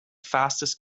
fastest